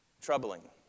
troubling